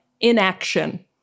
inaction